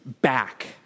back